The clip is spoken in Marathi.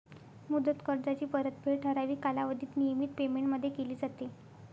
मुदत कर्जाची परतफेड ठराविक कालावधीत नियमित पेमेंटमध्ये केली जाते